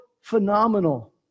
phenomenal